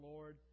Lord